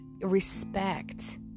respect